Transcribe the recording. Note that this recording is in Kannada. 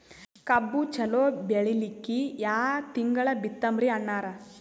ಕಬ್ಬು ಚಲೋ ಬೆಳಿಲಿಕ್ಕಿ ಯಾ ತಿಂಗಳ ಬಿತ್ತಮ್ರೀ ಅಣ್ಣಾರ?